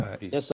Yes